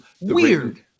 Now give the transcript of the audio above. Weird